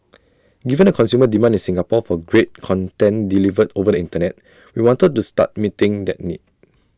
given the consumer demand in Singapore for great content delivered over the Internet we wanted to start meeting that need